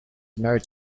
married